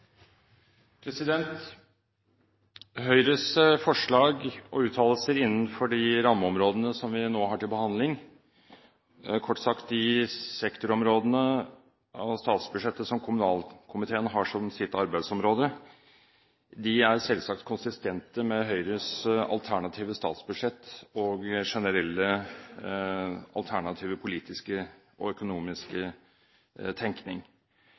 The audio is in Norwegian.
behandling, kort sagt de sektorområdene av statsbudsjettet som kommunalkomiteen har som sitt arbeidsområde, er selvsagt konsistente med Høyres alternative statsbudsjett og generelle alternative politiske og økonomiske tenkning.